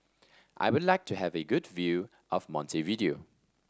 I would like to have a good view of Montevideo